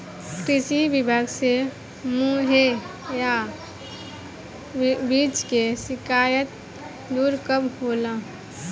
कृषि विभाग से मुहैया बीज के शिकायत दुर कब होला?